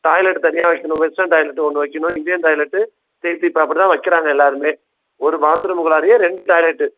toilet தனியாக வைக்குணும் western toilet ஒன்று வைக்குணும் இண்டியன் டாய்லெட்டு இப்போ அப்படிதான் வைக்கிறாங்க எல்லாருமே ஒரு பாத்ரூம்குள்ளாரையே ரெண்டு டாய்லெட்டு